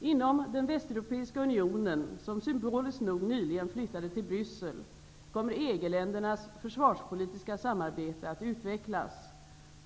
Inom den Västeuropeiska unionen, som symboliskt nog nyligen flyttade till Bryssel, kommer EG ländernas försvarspolitiska samarbete att utvecklas.